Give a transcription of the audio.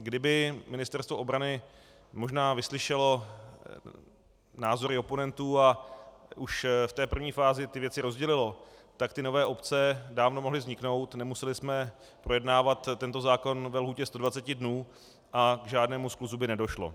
Kdyby Ministerstvo obrany možná vyslyšelo názory oponentů a už v té první fázi ty věci rozdělilo, tak nové obce dávno mohly vzniknout, nemuseli jsme projednávat tento zákon ve lhůtě 120 dnů a k žádnému skluzu by nedošlo.